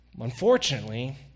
Unfortunately